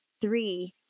three